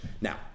Now